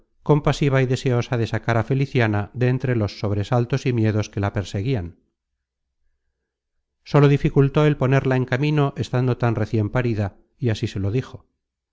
compasiva y deseosa de sacar á feliciana de entre los sobresaltos y miedos que la perseguian sólo dificultó el ponerla en camino estando tan recien parida y así se lo dijo